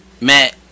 Matt